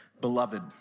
Beloved